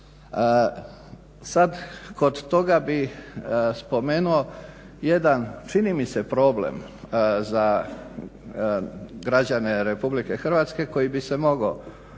Sada kod toga bih spomenuo čini mi se problem za građane Republike Hrvatske koji bi se mogao